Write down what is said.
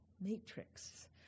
matrix